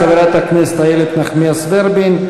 חברת הכנסת איילת נחמיאס ורבין,